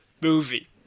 movie